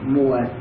more